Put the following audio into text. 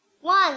One